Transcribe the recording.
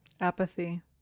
Apathy